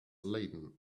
laden